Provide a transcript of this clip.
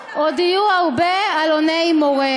עוד יהיו הרבה אלוני-מורה.